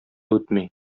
үтми